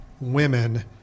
women